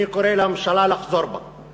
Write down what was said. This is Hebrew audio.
אני, כבוד היושב-ראש, אני נפגשתי אתם.